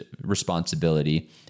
responsibility